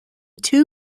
two